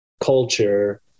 culture